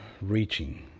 reaching